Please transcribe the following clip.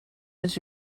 was